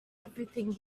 everything